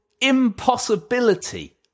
impossibility